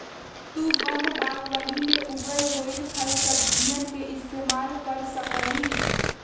तु वन बागवानी में उगल होईल फलसब्जियन के इस्तेमाल कर सका हीं